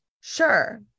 sure